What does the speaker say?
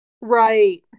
right